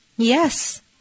Yes